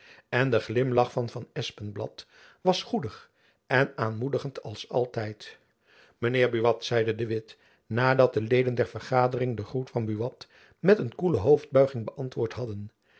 en de glimlach van van espenblad was goedig en aanmoedigend als altijd mijn heer buat zeide de witt nadat de leden der vergadering de groet van buat met een koele hoofdbuiging beantwoord hadden